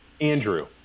Andrew